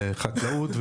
לחקלאות,